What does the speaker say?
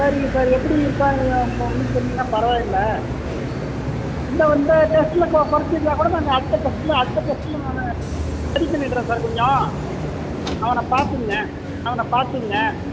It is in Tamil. சரிங்க சார் எப்படி இருக்கான்னு சொன்னீங்கன்னா பரவாயில்லை இல்லை இந்த டெஸ்ட்டில் கொ குறச்சி இருந்தால் கூட நான் அடுத்த டெஸ்ட்டில் அடுத்த டெஸ்ட்டில் நான் சரி பண்ணிடுறேன் சார் கொஞ்சம் அவனை பார்த்துக்குங்க அவனை பார்த்துக்குங்க